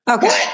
Okay